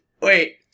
wait